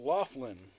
Laughlin